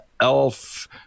elf